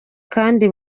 kandi